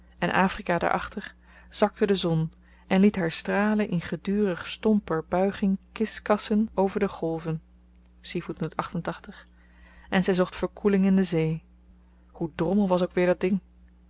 en afrika daar achter zakte de zon en liet haar stralen in gedurig stomper buiging kiskassen over de golven en zy zocht verkoeling in de zee hoe drommel was ook weer dat ding